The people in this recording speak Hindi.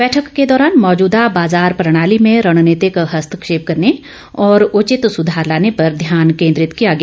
बैठक के दौरान मौजूदा बाजार प्रणाली में रणनीतिक हस्तक्षेप करने और उचित सुधार लाने पर ध्यान केंद्रित किया गया